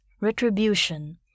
retribution